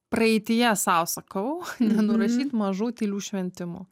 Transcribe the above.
praeityje sau sakau nenurašyt mažų tylių šventimų